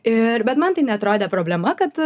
ir bet man tai neatrodė problema kad